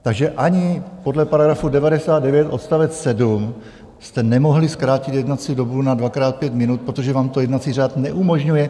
Takže ani podle § 99 odst. 7 jste nemohli zkrátit jednací dobu na dvakrát pět minut, protože vám to jednací řád neumožňuje.